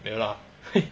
没有啦